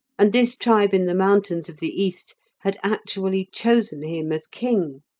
and this tribe in the mountains of the east had actually chosen him as king,